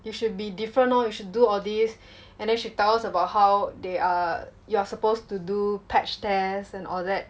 you should be different lor you should do all this and then she tell us about how they are you're supposed to do patch test and all that